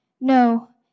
No